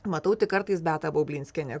matau tik kartais beata baublinskienė